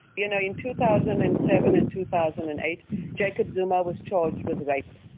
you know, in two thousand and seven and two thousand and eight jacob zuma was charged with rape.